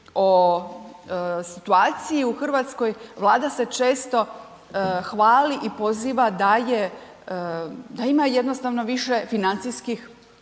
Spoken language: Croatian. o situaciji u Hrvatskoj, Vlada se često hvali i poziva da ima jednostavno više financijskih resursa,